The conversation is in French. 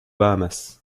bahamas